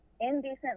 indecent